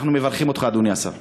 אנחנו מברכים אותך, אדוני השר.